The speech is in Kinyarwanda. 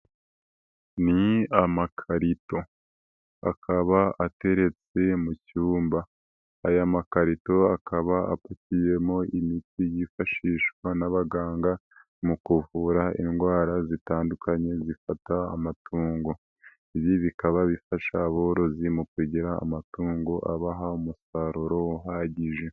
Ni amakarito akaba ateretse mu cyumba, aya makarito akaba apatiyemo imiti yifashishwa n'abaganga mu kuvura indwara zitandukanye zifata amatungo, ibi bikaba bifasha aborozi mu kugira amatungo abaha umusaruro uhagije.